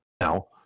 Now